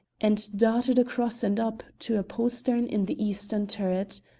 and darted across and up to a postern in the eastern turret.